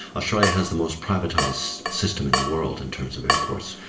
australia has the most privatised system in the world in terms of airports,